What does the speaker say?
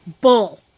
Bull